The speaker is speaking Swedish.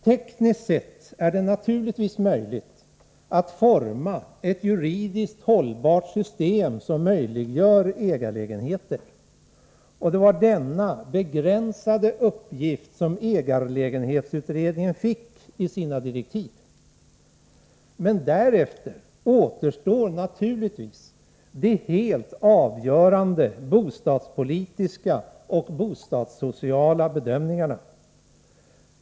Tekniskt sett är det naturligtvis möjligt att forma ett juridiskt hållbart system som möjliggör ägarlägenheter, och det var denna begränsade uppgift som ägarlägenhetsutredningen fick i sina direktiv. Men därefter återstår naturligtvis de helt avgörande bostadspolitiska och bostadssociala bedömningarna.